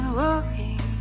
walking